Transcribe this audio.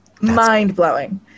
Mind-blowing